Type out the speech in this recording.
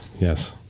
Yes